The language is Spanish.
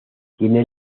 tiene